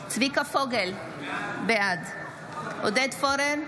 צביקה פוגל, בעד עודד פורר,